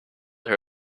her